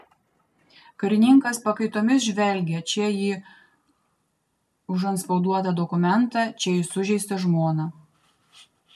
karininkas pakaitomis žvelgė čia į užantspauduotą dokumentą čia į sužeistą žmoną